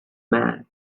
man